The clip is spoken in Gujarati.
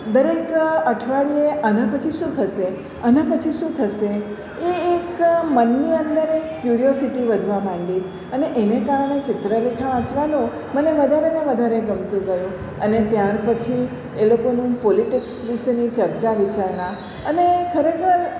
દરેક અઠવાડિએ આના પછી શું થશે આના પછી શું થશે એ એક મનની અંદર એક કયુરોસિટી વધવા માંડી અને એને કારણે ચિત્રલેખા વાંચવાનો મને વધારેને વધારે ગમતું ગયું અને ત્યારપછી એ લોકોનું પોલિટિક્સ વિષેની ચર્ચા વિચારણા અને ખરેખર